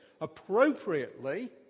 appropriately